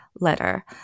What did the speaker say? letter